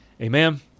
Amen